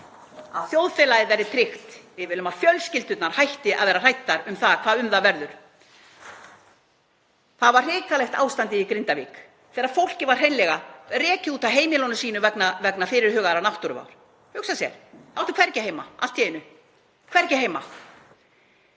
þjóðfélagið verði tryggt. Við viljum að fjölskyldurnar hætti að vera hræddar um hvað um þær verður. Það var hrikalegt ástand í Grindavík þegar fólkið var hreinlega rekið út af heimilum sínum vegna yfirvofandi náttúruvár. Að hugsa sér, það átti allt í einu hvergi heima.